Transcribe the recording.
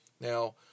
Now